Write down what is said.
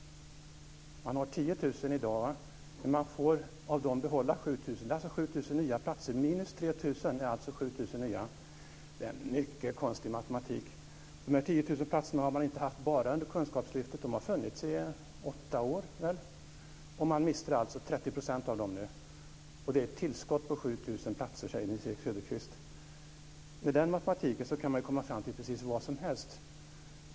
Man har 10 000 i dag, och man får av dem behålla 7 000. Det är alltså 7 000 nya platser. Minus 3 000 platser är alltså 7 000 nya. Det är mycket konstig matematik. Dessa 10 000 platser har man inte haft bara under Kunskapslyftet. De har funnits i åtta år. Man mister alltså 30 % av dem nu. Det är ett tillskott på 7 000 platser, säger Nils-Erik Söderqvist. Med den matematiken kan man komma fram till precis vad som helst.